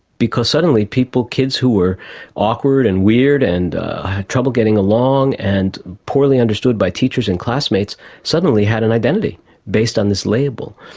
because suddenly people, kids who were awkward and weird and had trouble getting along and poorly understood by teachers and classmates suddenly had an identity based on this label.